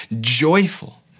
joyful